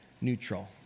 neutral